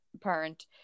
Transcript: parent